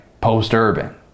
post-urban